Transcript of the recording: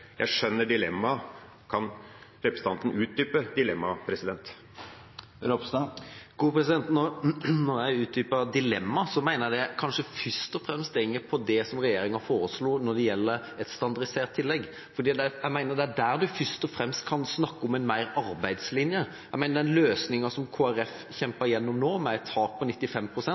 Jeg skjønner dilemmaet. Kan representanten utdype dilemmaet? Når jeg utdyper dilemmaet, mener jeg det kanskje først og fremst går på det som regjeringa foreslo når det gjelder et standardisert tillegg, for jeg mener det er der en først og fremst mer kan snakke om en arbeidslinje. Den løsninga som Kristelig Folkeparti kjempet igjennom nå med et tak på